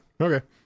Okay